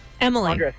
Emily